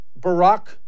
barack